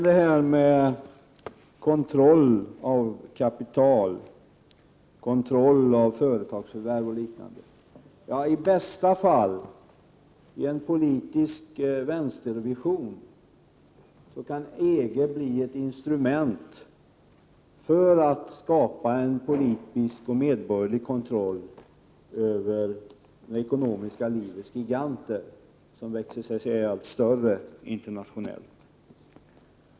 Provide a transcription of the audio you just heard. Beträffande kontroll av kapital och kontroll av företagsförvärv vill jag säga att EG i bästa fall, i en politisk vänstervision, kan bli ett instrument för att skapa en politisk och medborgerlig kontroll över det ekonomiska livets giganter, som växer sig allt större internationellt.